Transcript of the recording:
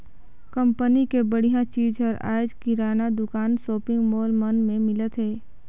company के बड़िहा चीज हर आयज किराना दुकान, सॉपिंग मॉल मन में मिलत हे